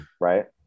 right